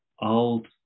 old